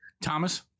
Thomas